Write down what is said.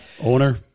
Owner